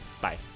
Bye